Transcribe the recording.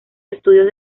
estudios